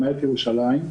למעט ירושלים.